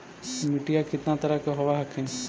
मिट्टीया कितना तरह के होब हखिन?